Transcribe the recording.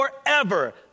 forever